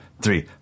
three